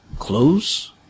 Close